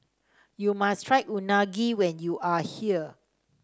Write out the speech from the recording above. you must try Unagi when you are here